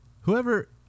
Whoever